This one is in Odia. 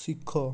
ଶିଖ